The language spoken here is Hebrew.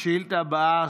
השאילתה הבאה,